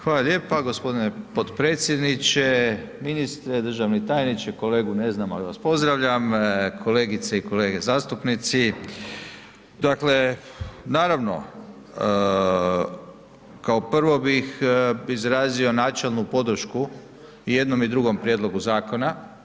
Hvala lijepa gospodine podpredsjedniče, ministre, državni tajniče, kolegu ne znam ali vas pozdravlja, kolegice i kolege zastupnici, dakle naravno kao prvo bih izrazio načelnu podršku i jednom i drugom prijedlogu zakona.